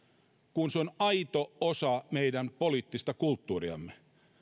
kun se on aito osa meidän poliittista kulttuuriamme